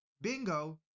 bingo